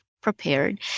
prepared